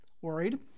worried